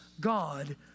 God